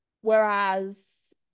Whereas